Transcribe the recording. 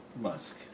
Musk